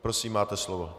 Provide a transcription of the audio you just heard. Prosím, máte slovo.